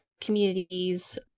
communities